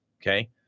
Okay